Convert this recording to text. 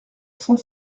cent